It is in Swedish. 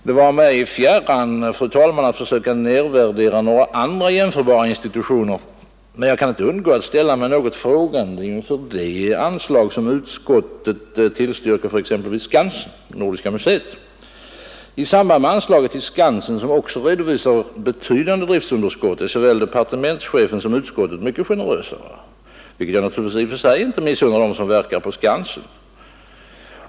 Det vare mig fjärran att försöka nedvärdera några andra, jämförbara institutioner. Men jag kan inte undgå att ställa mig något frågande inför de anslag som utskottet tillstyrker för exempelvis Skansen och Nordiska museet. När det gäller anslag till Skansen, som också redovisar betydande driftunderskott, är såväl departementschefen som utskottet mycket generösare, vilket jag naturligtvis i och för sig inte missunnar dem som verkar på Skansen.